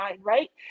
right